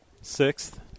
Sixth